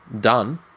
done